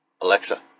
Alexa